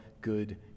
good